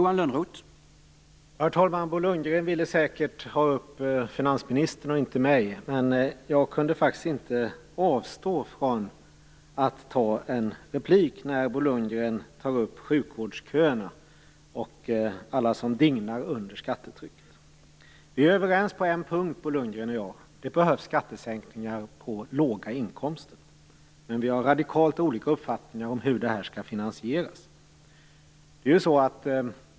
Herr talman! Bo Lundgren ville säkert ha upp finansministern och inte mig, men jag kunde faktiskt inte avstå från att ge en replik när Bo Lundgren tog upp sjukvårdsköerna och alla som dignar under skattetrycket. Bo Lundgren och jag är överens på en punkt: skattesänkningar behövs för låga inkomster. Men vi har radikalt olika uppfattningar om hur det skall finansieras.